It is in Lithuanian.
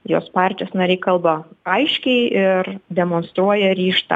jos partijos nariai kalba aiškiai ir demonstruoja ryžtą